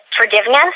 forgiveness